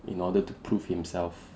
in order to prove himself